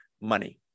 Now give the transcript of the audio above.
money